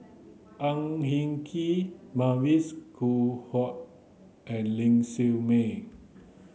Ang Hin Kee Mavis Khoo Oei and Ling Siew May